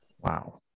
Wow